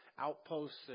outposts